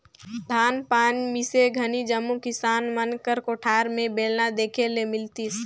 धान पान मिसे घनी जम्मो किसान मन कर कोठार मे बेलना देखे ले मिलतिस